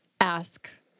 ask